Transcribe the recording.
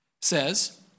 says